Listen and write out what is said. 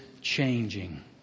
changing